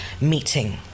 meeting